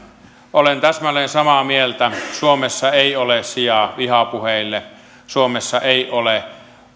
olen täsmälleen samaa mieltä suomessa ei ole sijaa vihapuheelle suomessa ei ole